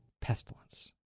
pestilence